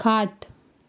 खाट